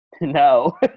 no